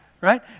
Right